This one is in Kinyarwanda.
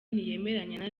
ntiyemeranya